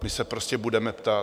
My se prostě budeme ptát.